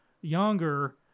younger